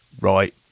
Right